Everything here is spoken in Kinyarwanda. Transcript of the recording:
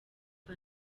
kwa